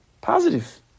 Positive